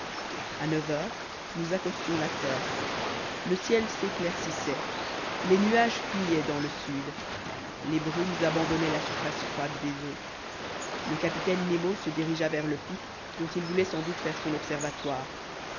a neuf heures nous accostions la terre le ciel s'éclaircissait les nuages fuyaient dans le sud les brumes abandonnaient la surface froide des eaux le capitaine nemo se dirigea vers le pic dont il voulait sans doute faire son observatoire